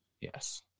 Yes